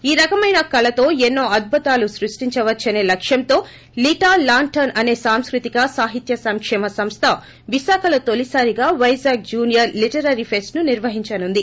ఈ రకమైన కళతో ఎన్నో అద్భుతాలు సృష్టించ వచ్చనే లక్కంతో లీటా లాంటర్న్ అనే సాంస్భృతిక సాహిత్య సంకేమ సంస్ల విశాఖలో తొలిసారిగా పైజాగ్ జునియర్ లీటరరీ ఫెస్ట్ ను నిర్వహించనుంది